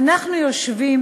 אנחנו יושבים